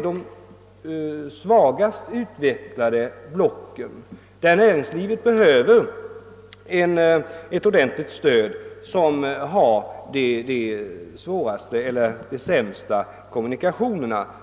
de svagast utvecklade blocken — där näringslivet behöver ett ordentligt stöd — som har de sämsta kommunikationerna.